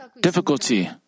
difficulty